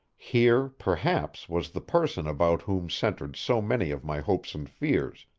here, perhaps, was the person about whom centered so many of my hopes and fears,